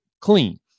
clean